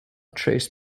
trace